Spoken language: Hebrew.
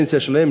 הפנסיה שלהם,